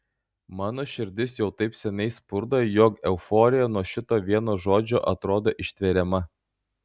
mano širdis jau taip seniai spurda jog euforija nuo šito vieno žodžio atrodo ištveriama